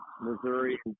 Missouri